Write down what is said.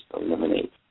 eliminate